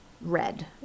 red